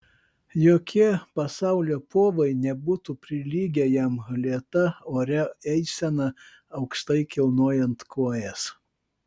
jokie pasaulio povai nebūtų prilygę jam lėta oria eisena aukštai kilnojant kojas